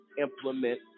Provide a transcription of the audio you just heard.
implement